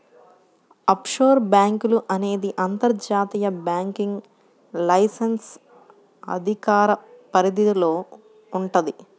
offshore బ్యేంకులు అనేది అంతర్జాతీయ బ్యాంకింగ్ లైసెన్స్ అధికార పరిధిలో వుంటది